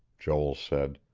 joel said.